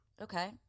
Okay